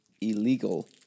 illegal